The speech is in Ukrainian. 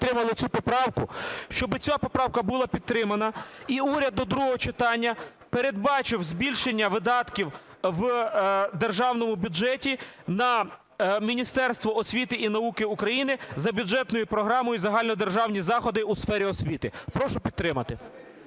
щоб ця поправка була підтримана і уряд до другого читання передбачив збільшення видатків в державному бюджеті на Міністерство освіти і науки України за бюджетною програмою "Загальнодержавні заходи у сфері освіти". Прошу підтримати.